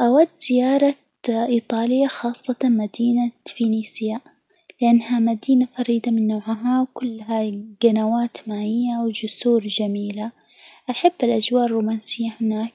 أود زيارة إيطاليا، خاصة مدينة فينيسيا، لأنها مدينة فريدة من نوعها، وكلها جنوات المائية و جسور جميلة، أحب الأجواء الرومانسية هناك،